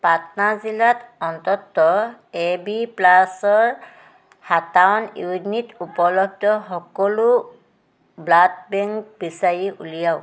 পাটনা জিলাত অন্ততঃ A B প্লাছৰ সাতাৱন ইউনিট উপলব্ধ সকলো ব্লাড বেংক বিচাৰি উলিয়াওক